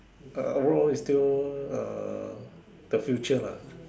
uh overall is still uh still the future lah